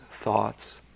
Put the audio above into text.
thoughts